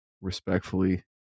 Respectfully